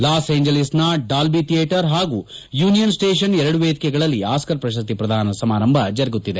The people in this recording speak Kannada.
ಲಾಸ್ ಏಂಜಲೀಸ್ ನ ಡಾಲ್ಪಿ ಥಿಯೇಟರ್ ಪಾಗೂ ಯೂನಿಯನ್ ಸ್ವೇಷನ್ ಎರಡು ವೇದಿಕೆಗಳಲ್ಲಿ ಆಸ್ಕರ್ ಪ್ರಶಸ್ತಿ ಪ್ರದಾನ ಸಮಾರಂಭ ಜರುಗುತ್ತಿದೆ